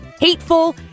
hateful